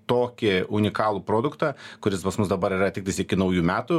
tokį unikalų produktą kuris pas mus dabar yra tiktais iki naujų metų